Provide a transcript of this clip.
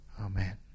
Amen